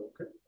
Okay